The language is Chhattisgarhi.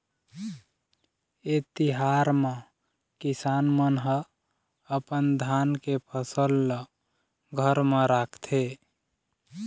ए तिहार म किसान मन ह अपन धान के फसल ल घर म राखथे